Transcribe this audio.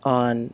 on